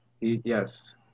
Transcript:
Yes